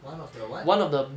one of the what